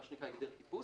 מה שנקרא הגדר טיפוס,